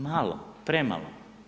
Malo, premalo.